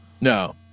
No